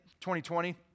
2020